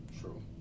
True